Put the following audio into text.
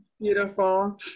beautiful